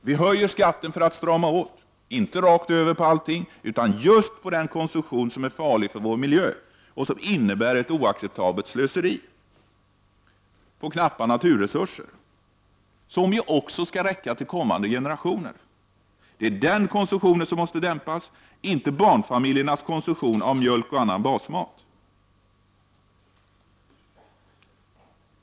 Vi höjer skatten för att strama åt, men inte rakt över på allting, utan just på den konsumtion som är farlig för vår miljö och som innebär ett oacceptabelt slöseri med knappa naturresurser, som ju också skall räcka till kommande generationer. Det är den konsumtionen som måste dämpas, inte barnfamiljernas konsumtion av mjölk och annan basmat.